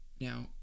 now